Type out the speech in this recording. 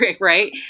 Right